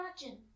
imagine